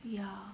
ya